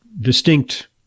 distinct